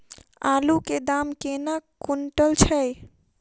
आलु केँ दाम केना कुनटल छैय?